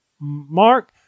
Mark